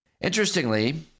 Interestingly